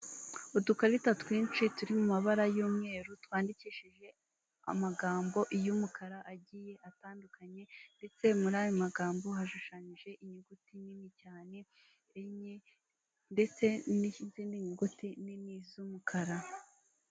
Abantu benshi bicayemo ahantu m'imbere mu inzu, imbere yabo hariho ameza n'ubucupa bw'amazi, hejuru ku meza na za mikoro imbere yaho harimo na za telefone zabo niho zirambitse hakurya urugi rurafunguye.